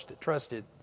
trusted